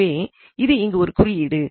எனவே இது இங்கு ஒரு குறியீடு